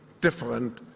different